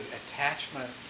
attachment